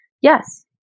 Yes